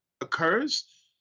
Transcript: occurs